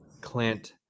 Clint